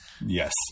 Yes